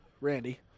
Randy